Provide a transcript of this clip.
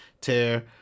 tear